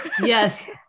Yes